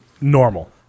Normal